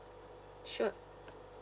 sure